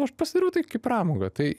aš pasidariau tai kaip pramogą tai